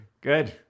Good